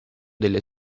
delle